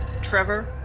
Trevor